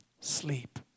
Sleep